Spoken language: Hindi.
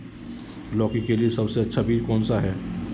लौकी के लिए सबसे अच्छा बीज कौन सा है?